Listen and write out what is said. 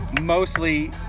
mostly